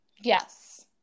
Yes